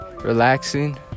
Relaxing